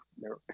No